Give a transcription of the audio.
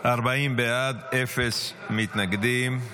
40 בעד, אפס מתנגדים.